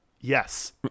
Yes